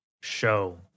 show